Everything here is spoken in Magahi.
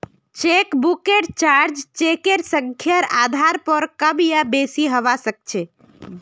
चेकबुकेर चार्ज चेकेर संख्यार आधार पर कम या बेसि हवा सक्छे